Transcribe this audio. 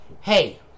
Hey